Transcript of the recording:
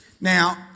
Now